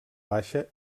baixa